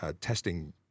testing